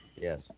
Yes